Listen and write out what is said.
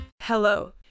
Hello